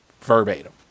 verbatim